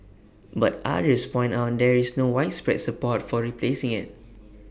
but others point out there is no widespread support for replacing IT